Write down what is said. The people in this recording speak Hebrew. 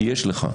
כי יש לך,